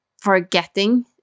forgetting